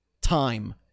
time